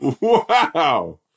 wow